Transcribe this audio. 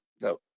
No